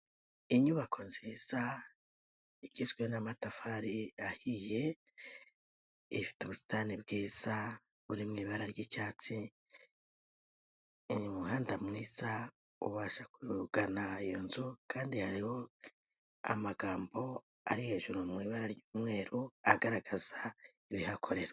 Inyubako nziza igizwe n'amatafari ahiye, ifite ubusitani bwiza buri mu ibara ry'icyatsi, umuhanda mwiza ubasha kugana iyo nzu kandi hariho amagambo ari hejuru mu ibara ry'umweru agaragaza ibihakorerwa.